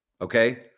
okay